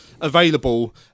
available